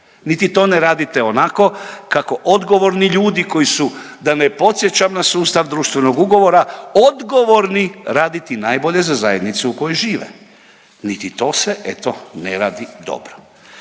niti to ne radite onako kako odgovorni ljudi koji su da ne podsjećam na sustav društvenog ugovora, odgovorni raditi najbolje za zajednicu u kojoj žive. Niti to se eto ne radi dobro.